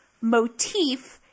motif